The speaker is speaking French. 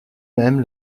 mêmes